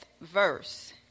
verse